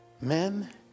Men